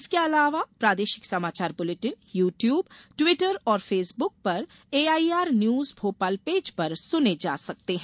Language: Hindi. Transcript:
इसके अलावा प्रादेशिक समाचार बुलेटिन यू ट्यूब ट्विटर और फेसबुक पर एआईआर न्यूज भोपाल पेज पर सुने जा सकते हैं